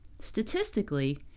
Statistically